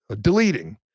deleting